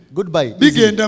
Goodbye